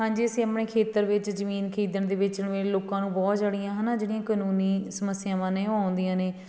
ਹਾਂਜੀ ਅਸੀਂ ਆਪਣੇ ਖੇਤਰ ਵਿੱਚ ਜ਼ਮੀਨ ਖਰੀਦਣ ਦੇ ਵੇਚਣ ਵੇਲੇ ਲੋਕਾਂ ਨੂੰ ਬਹੁਤ ਜਿਹੜੀਆਂ ਹੈ ਨਾ ਜਿਹੜੀਆਂ ਕਾਨੂੰਨੀ ਸਮੱਸਿਆਵਾਂ ਨੇ ਉਹ ਆਉਂਦੀਆਂ ਨੇ